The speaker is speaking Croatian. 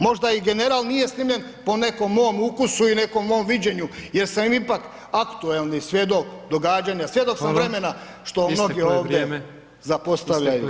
Možda ni „General“ nije snimljen po nekom mom ukusu i nekom mom viđenju jer sam ipak aktuelni svjedok događanja, svjedok sam vremena što mnogi ovdje zapostavljaju.